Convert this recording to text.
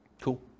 Cool